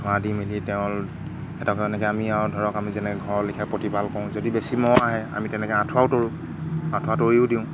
ধোঁৱা দি মেলি তেওঁ এটা এনেকৈ আমি আৰু ধৰক আমি যেনে ঘৰৰ লিখা প্ৰতিপাল কৰোঁ যদি বেছি ম'হ আহে আমি তেনেকৈ আঁঠুৱাও তৰো আঁঠুৱা তৰিও দিওঁ